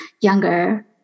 younger